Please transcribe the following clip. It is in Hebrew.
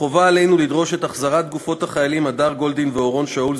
חובה עלינו לדרוש את החזרת גופות החיילים הדר גולדין ואורון שאול,